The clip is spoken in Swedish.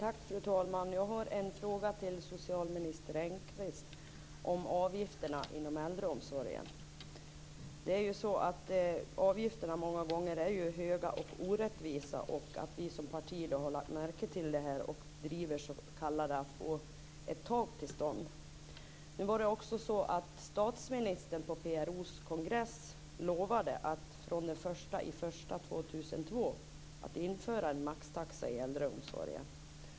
Fru talman! Jag har en fråga till socialminister Engqvist om avgifterna inom äldreomsorgen. Avgifterna är många gånger höga och orättvisa. Vänsterpartiet har lagt märke till det och driver att få till stånd ett s.k. tak. Statsministern lovade på PRO:s kongress att från den 1 januari år 2002 införa en maxtaxa i äldreomsorgen.